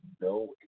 no